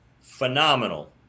Phenomenal